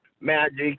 magic